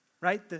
Right